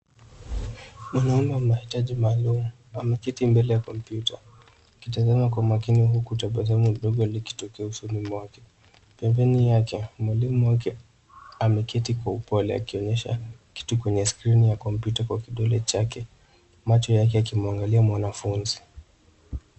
Mwanaume wa mahitaji maalum ameketi mbele ya kompyuta akitazama kwa makini huku tabasambu ndogo likitokea usoni mwake. Pembeni yake mwalimu wake ameketi kwa upole akionyesha kitu kwenye skrini ya kompyuta kwa kidole chake macho yake yakimwangalia mwanafunzi.